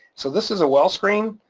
so this is a well screen.